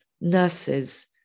nurses